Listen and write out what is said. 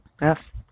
Yes